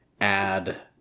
add